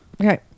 Okay